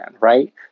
right